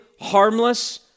harmless